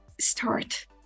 start